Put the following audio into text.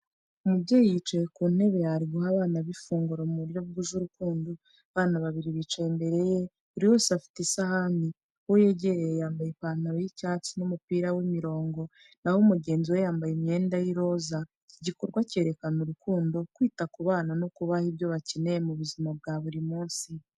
Umubyeyi yicaye ku ntebe, ari guha abana be amafunguro mu buryo bwuje urukundo. Abana babiri bicaye imbere ye, buri wese afite isahani. Uwo yegereye yambaye ipantaro y’icyatsi n’umupira w’imirongo, na ho mugenzi we yambaye imyenda y’iroza. Iki gikorwa cyerekana urukundo, kwita ku bana no kubaha ibyo bakeneye mu buzima bwa buri munsi.